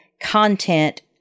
content